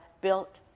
built